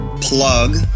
plug